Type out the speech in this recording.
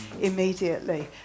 immediately